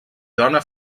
dona